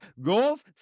goals